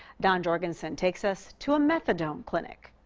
don jorgensen takes us to a methadone clinic.